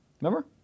Remember